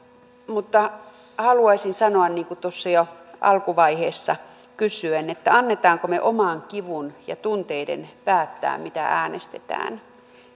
mutta haluaisin sanoa niin kuin tuossa jo alkuvaiheessa kysyin annammeko me oman kipumme ja tunteidemme päättää mitä äänestämme